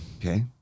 okay